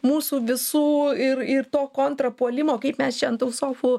mūsų visų ir ir to kontra puolimo kaip mes čia ant tų sofų